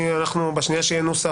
בשנייה שיהיה נוסח,